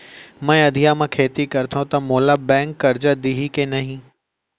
मैं अधिया म खेती करथंव त मोला बैंक करजा दिही के नही?